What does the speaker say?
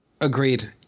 Agreed